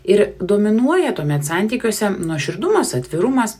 ir dominuoja tuomet santykiuose nuoširdumas atvirumas